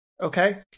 Okay